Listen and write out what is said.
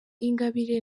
ingabire